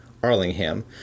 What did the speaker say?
Arlingham